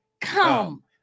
come